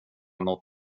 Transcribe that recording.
nåt